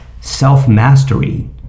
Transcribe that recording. self-mastery